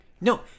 No